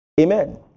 Amen